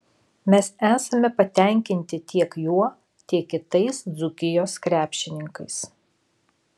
mes esame patenkinti tiek juo tiek kitais dzūkijos krepšininkais